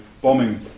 bombing